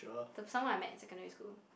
the someone I met in secondary school